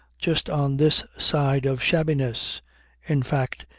just on this side of shabbiness in fact,